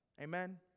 Amen